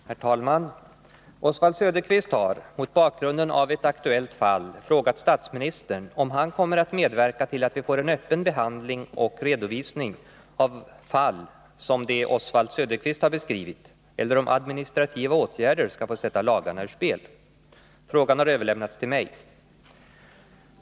Herr talman! Oswald Söderqvist har, mot bakgrunden av ett aktuellt fall, frågat statsministern om han kommer att medverka till att vi får en öppen behandling och redovisning av fall som det Oswald Söderqvist har beskrivit eller om administrativa åtgärder skall få sätta lagarna ur spel. Frågan har överlämnats till mig.